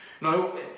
No